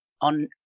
on